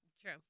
true